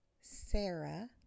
Sarah